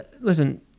listen